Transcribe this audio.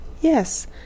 Yes